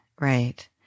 right